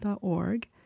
org